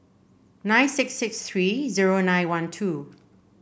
nine six six three zero nine one two